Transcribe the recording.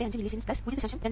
625 millisiemens 0